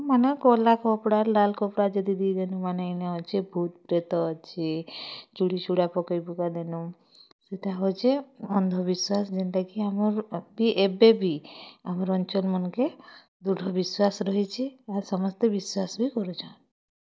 ମାନେ କଲା କପଡ଼ା କି ଲାଲ କପଡ଼ା ଯଦି ଦେଇଦିନୁ ମାନେ ଅଛି ମାନେ ଭୁତ ପ୍ରେତ ଅଛି ଚୁଡ଼ି ଚୁଡ଼ା ପକେଇ ପୁକା ଦେନୁ ସେଇଟା ହେଉଛେ କି ଅନ୍ଧବିଶ୍ୱାସ ଯେନ୍ଟା କି ଆମର ଏବେ ବି ଆମ ଅଞ୍ଚଳମାନକେ ଦୃଢ଼ ବିଶ୍ୱାସ ରହିଛି ଆର୍ ସମସ୍ତେ ବିଶ୍ୱାସ ବି କରୁଛନ୍